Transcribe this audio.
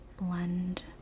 blend